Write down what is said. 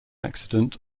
accident